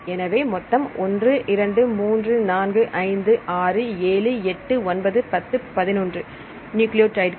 எனவே மொத்தம்1 2 3 4 5 6 7 8 9 10 11 நியூக்ளியோடைடுகள்